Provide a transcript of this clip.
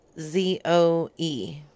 Z-O-E